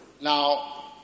Now